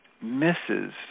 misses